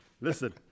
Listen